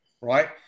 right